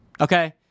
okay